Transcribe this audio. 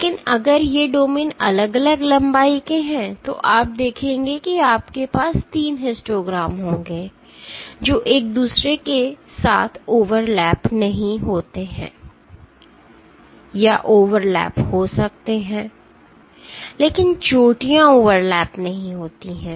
लेकिन अगर ये डोमेन अलग अलग लंबाई के हैं तो आप देखेंगे कि आपके पास 3 हिस्टोग्राम होंगे जो एक दूसरे के साथ ओवरलैप नहीं होते हैं या ओवरलैप हो सकते हैं लेकिन चोटियां ओवरलैप नहीं होती हैं